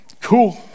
Cool